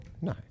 No